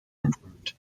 improved